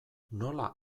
nola